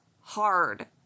hard